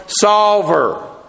solver